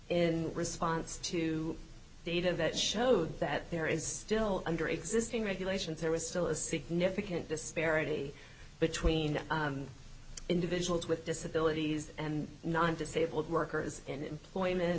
in response to data that showed that there is still under existing regulations there is still a significant disparity between individuals with disabilities and non disabled workers and employment